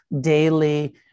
daily